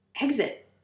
Exit